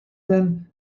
than